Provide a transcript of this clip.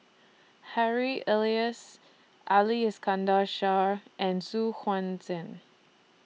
Harry Elias Ali Iskandar Shah and Su Huan Zhen